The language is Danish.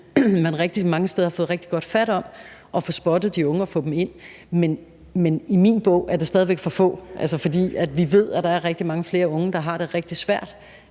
man rigtig mange steder har fået rigtig godt fat om at få spottet de unge og få dem ind, men i min bog er det stadig for få. For vi ved, at der er rigtig mange flere unge, der har det rigtig svært,